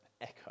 echo